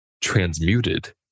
transmuted